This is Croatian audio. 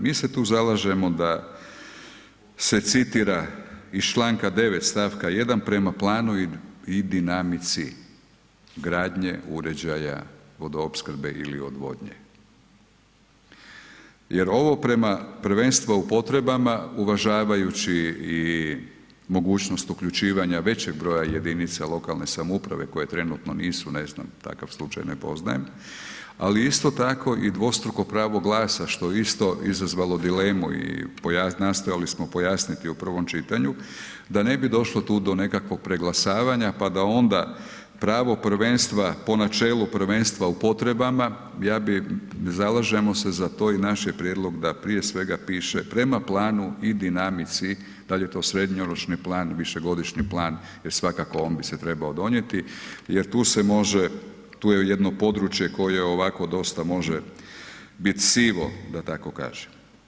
Mi se tu zalažemo da se citira iz Članka 9. stavka 1. prema planu i dinamici gradnje uređaja vodoopskrbe ili odvodnje, jer ovo prema prvenstva u potrebama uvažavajući i mogućnost uključivanja većeg broja jedinica lokalne samouprave koje trenutno nisu, ne znam takav slučaj ne poznajem, ali isto tako i dvostruko pravo glasa što je isto izazvalo dilemu i nastojali smo pojasniti u prvom čitanju, da ne bi došlo tu do nekakvog preglasavanja, pa da onda pravo prvenstva po načelu prvenstva u potrebama ja bi, zalažemo se za to i naš je prijedlog da prije svega piše, prema planu i dinamici, da li je to srednjoročni plan, višegodišnji plan, jer svakako on bi se trebao donijeti jer tu se može, tu je jedno područje koje ovako dosta može biti sivo da tako kažem.